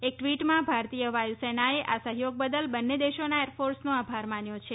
એક ટ્વીટમાં ભારતીય વાયુસેનાએ આ સહયોગ બદલ બંને દેશોના એરફોર્સનો આભાર માન્યો છે